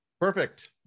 perfect